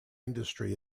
industry